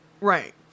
Right